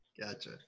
Gotcha